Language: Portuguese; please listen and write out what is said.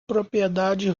propriedade